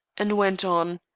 and went on.